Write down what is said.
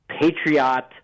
Patriot